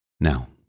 Now